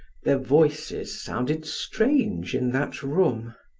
their voices sounded strange in that room.